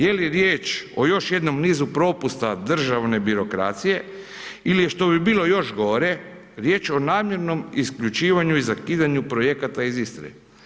Je li riječ o još jednom nizu propusta državne birokracije ili je, što bi bilo još gore, riječ o namjernom isključivanju i zakidanju projekata iz Istre.